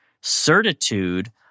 certitude